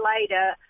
later